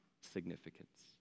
significance